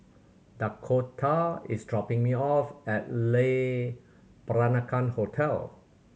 Dakoda is dropping me off at Le Peranakan Hotel